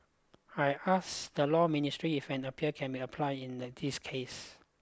I asked the Law Ministry if an appeal can be applied in the this case